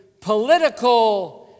political